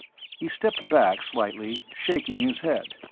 he stepped back slightly, shaking his head.